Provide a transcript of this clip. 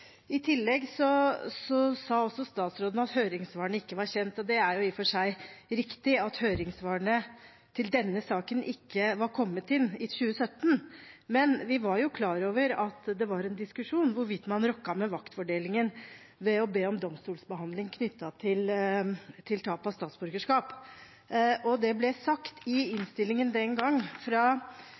I tillegg sa også statsråden at høringssvarene ikke var kjent. Det er i og for seg riktig at høringssvarene til denne saken ikke var kommet inn i 2017, men vi var klar over at det var en diskusjon om hvorvidt man rokket ved maktfordelingen ved å be om domstolsbehandling knyttet til tap av statsborgerskap. Det ble sagt i innstillingen den gang, fra